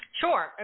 Sure